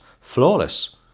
flawless